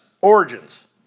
origins